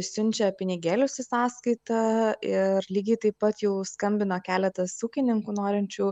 siunčia pinigėlius į sąskaitą ir lygiai taip pat jau skambina keletas ūkininkų norinčių